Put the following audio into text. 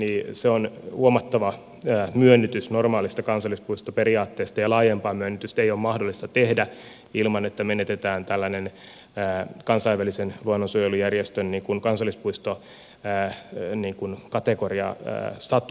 se on huomattava myönnytys normaalista kansallispuistoperiaatteesta ja laajempaa myönnytystä ei ole mahdollista tehdä ilman että menetetään kansainvälisen luonnonsuojelujärjestön kansallispuiston kategoriastatus